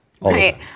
Right